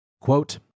Quote